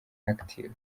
active